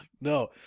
no